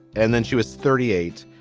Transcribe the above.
and then she was thirty eight.